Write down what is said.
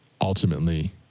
ultimately